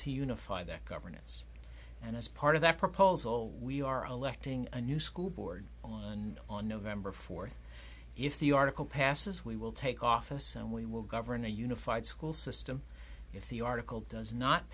to unify that governance and as part of that proposal we are electing a new school board on november fourth if the article passes we will take office and we will govern a unified school system if the article does not